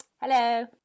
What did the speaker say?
Hello